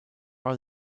are